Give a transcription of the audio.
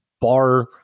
bar